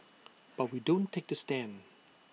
but we don't take the stand